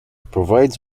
provides